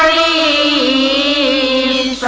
e